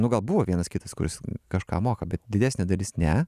nu gal buvo vienas kitas kurs kažką moka bet didesnė dalis ne